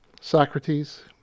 Socrates